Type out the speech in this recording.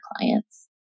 clients